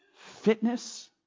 fitness